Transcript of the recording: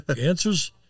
answers